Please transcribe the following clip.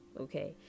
Okay